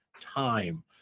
time